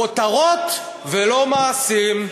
כותרות ולא מעשים.